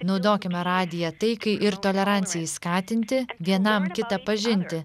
naudokime radiją taikai ir tolerancijai skatinti vienam kitą pažinti